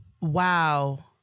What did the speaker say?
Wow